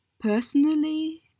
Personally